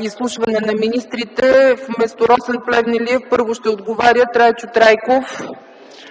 изслушване на министрите, вместо Росен Плевнелиев първо ще отговаря Трайчо Трайков,